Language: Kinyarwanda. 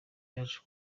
yaje